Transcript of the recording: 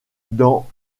dans